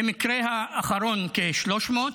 במקרה האחרון, כ-300,